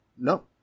no